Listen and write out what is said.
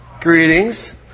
Greetings